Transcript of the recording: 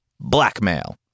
blackmail